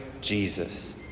Jesus